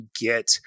get